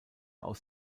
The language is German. aus